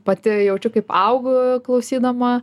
pati jaučiu kaip augu klausydama